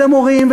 ולמורים,